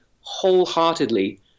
wholeheartedly